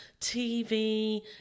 TV